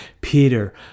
Peter